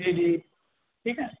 جی جی ٹھیک ہے